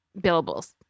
billables